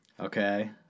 Okay